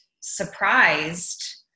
surprised